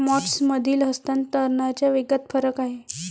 मोड्समधील हस्तांतरणाच्या वेगात फरक आहे